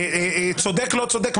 צודק או לא צודק,